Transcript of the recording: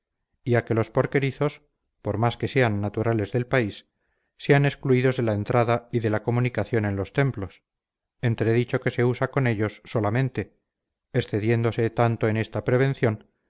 a que los porquerizos por más que sean naturales del país sean excluidos de la entrada y de la comunicación en los templos entredicho que se usa con ellos solamente excediéndose tanto en esta prevención